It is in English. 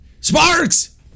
Sparks